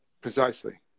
Precisely